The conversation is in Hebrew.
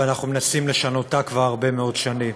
ואנחנו מנסים לשנותה כבר הרבה מאוד שנים.